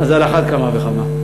אז על אחת כמה וכמה.